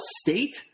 state